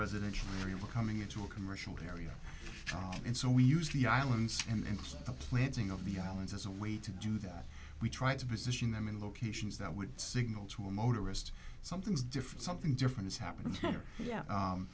residential area we're coming into a commercial area and so we use the islands and the planting of the islands as a way to do that we try to position them in locations that would signal to a motorist something's different something different is happening yeah